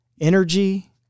energy